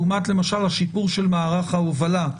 לעומת למשל השיפור של מערך ההובלה.